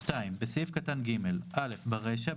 "(2)בסעיף קטן (ג) (א)ברישא,